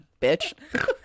bitch